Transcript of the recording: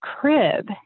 crib